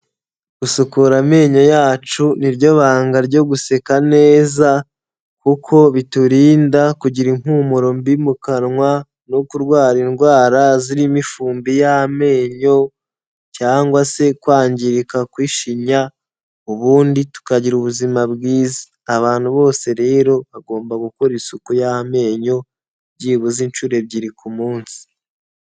Gusukura amenyo yacu ni ryo banga ryo guseka neza kuko biturinda kugira impumuro mbi mu kanwa no kurwara indwara zirimo ifumbi y'amenyo cyangwa se kwangirika kw'ishinya ubundi tukagira ubuzima bwiza. Abantu bose rero, bagomba gukora isuku y'amenyo byibuze inshuro ebyiri ku munsi.